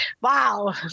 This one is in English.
Wow